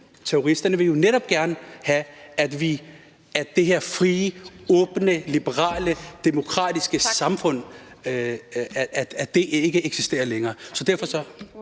Terroristerne vil jo netop gerne have, at det her frie, åbne, liberale demokratiske samfund ikke længere